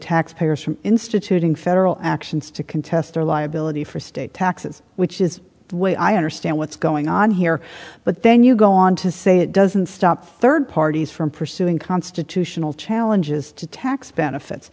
taxpayers from instituting federal actions to contest their liability for state taxes which is the way i understand what's going on here but then you go on to say it doesn't stop third parties from pursuing constitutional challenges to tax benefits